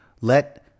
let